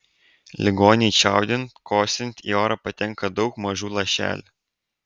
ligoniui čiaudint kosint į orą patenka daug mažų lašelių